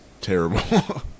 terrible